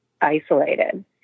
isolated